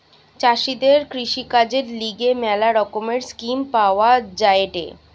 চাষীদের কৃষিকাজের লিগে ম্যালা রকমের স্কিম পাওয়া যায়েটে